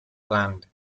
land